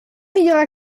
ihrer